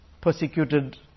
persecuted